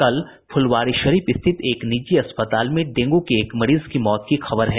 कल फुलवारीशरीफ स्थित एक निजी अस्पताल में डेंगू के एक मरीज की मौत की खबर है